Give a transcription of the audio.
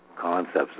concepts